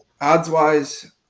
Odds-wise